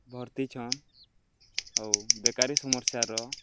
ଭର୍ତ୍ତିଛନ୍ ଆଉ ବେକାରି ସମସ୍ୟାର